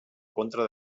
contra